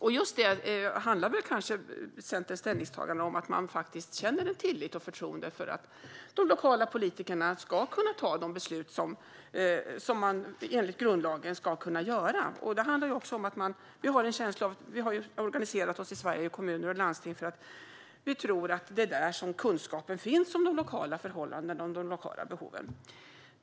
Centerns ställningstagande handlar om att man känner en tillit och ett förtroende för att de lokala politikerna ska kunna fatta de beslut som de enligt grundlagen ska kunna göra. Det handlar också om att vi i Sverige har organiserat oss i kommuner och landsting för att vi tror att det är där som kunskapen finns om de lokala förhållandena och de lokala behoven.